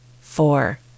four